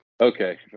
okay